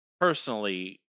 personally